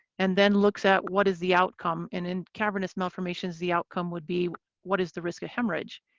and then looks at what is the outcome. in cavernous malformations, the outcome would be what is the risk of hemorrhage.